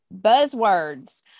buzzwords